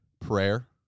prayer